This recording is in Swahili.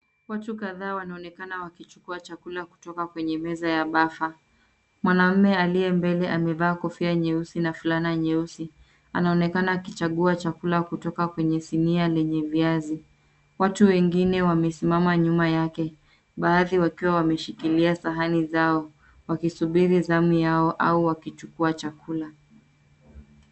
Watu kadhaa wanaonekana wakichukua chakula kutoka kwenye meza ya bafa. Mwanaume aliye mbele amevaa kofia nyeusi na fulani nyeusi. Anaonekana akichagua chakula kutoka kwenye sinia lenye viazi. Watu wengine wamesimama nyuma yake, baadhi wakiwa wameshikilia sahani zao wakisubiri zamu yao au wakichukua chakula.